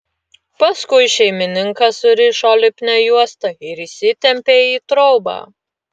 paskui šeimininką surišo lipnia juosta ir įsitempė į trobą